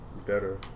better